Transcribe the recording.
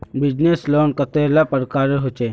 Business loan कतेला प्रकारेर होचे?